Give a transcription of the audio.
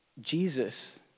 Jesus